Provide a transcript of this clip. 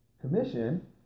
Commission